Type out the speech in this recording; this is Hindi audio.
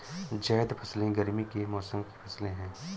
ज़ैद फ़सलें गर्मी के मौसम की फ़सलें हैं